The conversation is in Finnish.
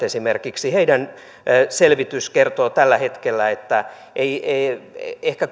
esimerkiksi asuntorakentajien selvitys kertoo tällä hetkellä että ehkä